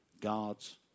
God's